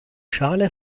schale